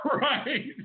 Right